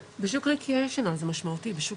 בשוק רק --- זה משמעותי.